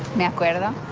no puedo!